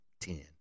ten